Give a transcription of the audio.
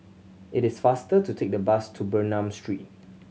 it is faster to take the bus to Bernam Street